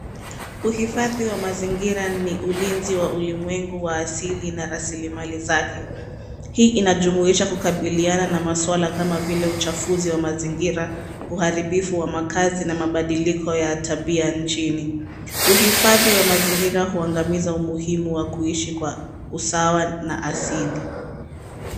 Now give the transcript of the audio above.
Uhifadhi wa mazingira ni ulinzi wa ulimwengu wa asili na raslimali zake. Hii inajumuisha kukabiliana na maswala kama vile uchafuzi wa mazingira, uharibifu wa makazi na mabadiliko ya tabia nchini. Uhifadhi wa mazingira huangamiza umuhimu wa kuishi kwa usawa na asili.